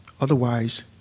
Otherwise